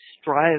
strive